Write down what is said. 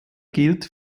gilt